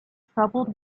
troubled